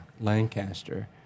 Lancaster